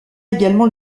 également